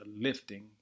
lifting